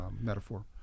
metaphor